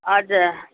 हजुर